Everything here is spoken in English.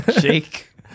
jake